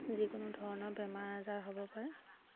যিকোনো ধৰণৰ বেমাৰ আজাৰ হ'ব পাৰে